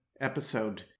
episode